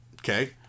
Okay